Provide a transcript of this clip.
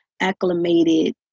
acclimated